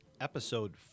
Episode